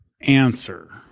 answer